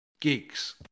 geeks